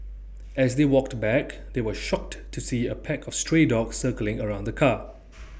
as they walked back they were shocked to see A pack of stray dogs circling around the car